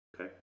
okay